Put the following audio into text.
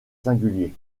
singulier